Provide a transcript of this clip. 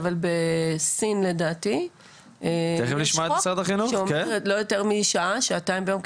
אבל בסין לדעתי יש חוק כזה שאומר לא יותר משעה או שעתיים ביום.